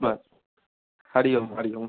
बसि हरिओम हरिओम